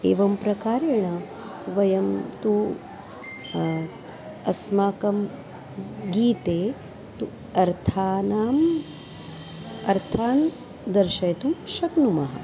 एवं प्रकारेण वयं तु अस्माकं गीते तु अर्थानाम् अर्थान् दर्शयितुं शक्नुमः